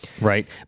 Right